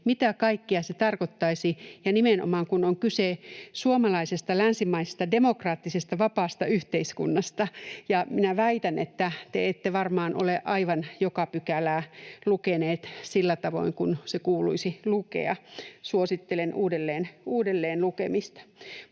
Mitä kaikkea se tarkoittaisi, ja nimenomaan, kun on kyse suomalaisesta, länsimaisesta, demokraattisesta vapaasta yhteiskunnasta? Ja minä väitän, että te ette varmaan ole aivan joka pykälää lukeneet sillä tavoin kuin se kuuluisi lukea. Suosittelen uudelleenlukemista.